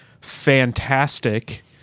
fantastic